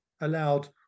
allowed